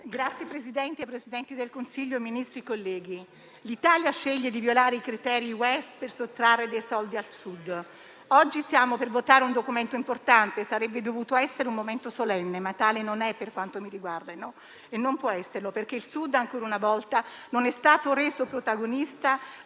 Signor Presidente, signor Presidente del Consiglio, Ministri, colleghi, l'Italia sceglie di violare i criteri UE per sottrarre dei soldi al Sud. Oggi stiamo per votare un documento importante; sarebbe dovuto essere un momento solenne, ma tale non è per quanto mi riguarda e, no, non può esserlo perché il Sud ancora una volta non è stato reso protagonista